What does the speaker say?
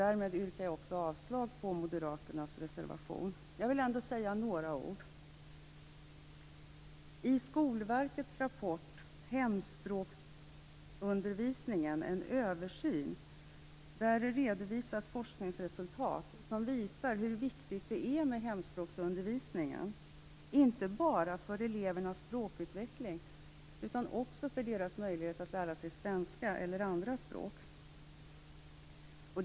Därmed yrkar jag alltså avslag på moderaternas reservation. Sedan vill jag säga några ord om hemspråksundervisningen. en översyn redovisas forskningsresultat som visar hur viktigt det är med hemspråksundervisning, inte bara för elevernas språkutveckling utan också för deras möjligheter att lära sig svenska eller andra språk.